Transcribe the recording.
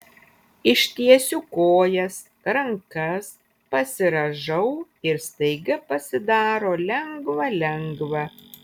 ištiesiu kojas rankas pasirąžau ir staiga pasidaro lengva lengva